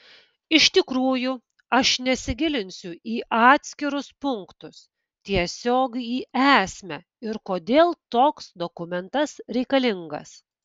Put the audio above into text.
iš tikrųjų aš nesigilinsiu į atskirus punktus tiesiog į esmę ir kodėl toks dokumentas reikalingas